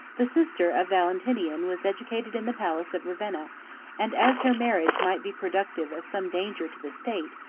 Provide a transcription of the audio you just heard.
the sister of valentinian was educated in the palace of ravenna and as her marriage might be productive of some danger to the state,